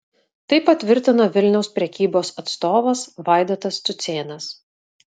tai patvirtino vilniaus prekybos atstovas vaidotas cucėnas